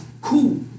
Cool